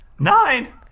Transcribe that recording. Nine